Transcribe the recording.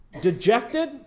dejected